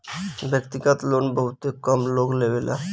व्यक्तिगत लोन बहुत कमे लोग लेवेला